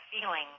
feeling